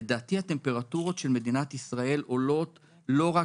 לדעתי הטמפרטורות של מדינת ישראל עולות לא רק